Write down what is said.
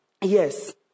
Yes